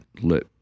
let